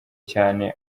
cyane